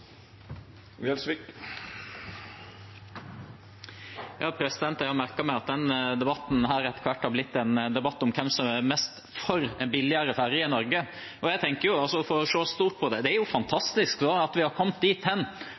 Jeg har merket meg at denne debatten etter hvert har blitt en debatt om hvem som er mest for billigere ferjer i Norge. Jeg tenker, for å se stort på det, at det er fantastisk at vi har kommet dit hen.